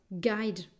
guide